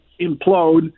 implode